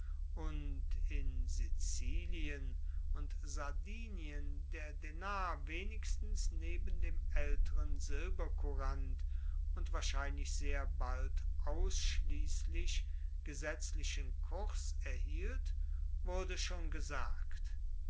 und in sizilien und sardinien der denar wenigstens neben dem aelteren silbercourant und wahrscheinlich sehr bald ausschliesslich gesetzlichen kurs erhielt wurde schon gesagt